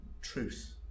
truth